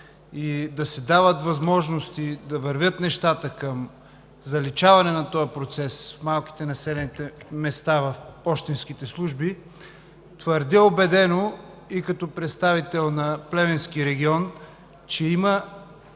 и да се дават възможности да вървят нещата към заличаване на този процес в малките населени места, в пощенските служби, твърдя убедено и като представител на Плевенски регион, че има